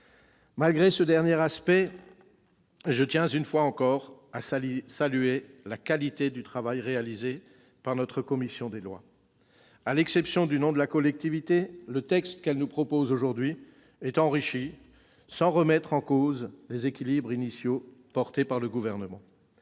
Malgré ce dernier aspect, je tiens une fois encore à saluer la qualité du travail réalisé par la commission des lois. À l'exception du nom de la collectivité, le texte qu'elle nous propose aujourd'hui est enrichi, sans que soient remis en cause les équilibres initiaux défendus par le Gouvernement.